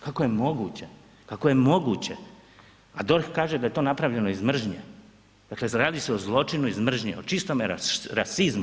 Kako je moguće, kako je moguće, a DORH kaže da je to napravljeno iz mržnje, dakle radi se o zločinu iz mržnje o čistome rasizmu.